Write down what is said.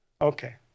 Okay